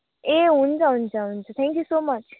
ए हुन्छ हुन्छ हुन्छ थ्याङ्क्यु सो मच